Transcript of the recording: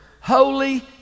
Holy